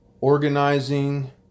organizing